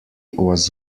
was